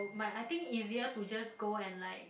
book but I think easier to just go and like